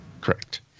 Correct